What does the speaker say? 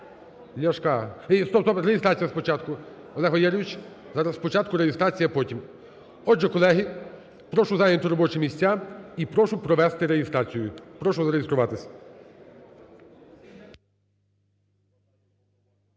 Ляшка. Ні, стоп-стоп, реєстрація спочатку. Олег Валерійович, спочатку реєстрація, а потім. Отже, колеги, прошу зайняти робочі місця і прошу провести реєстрацію. Прошу зареєструватись.